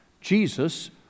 Jesus